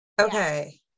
Okay